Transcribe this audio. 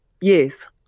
Yes